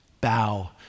bow